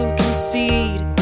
concede